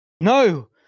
No